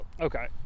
okay